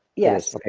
yes, like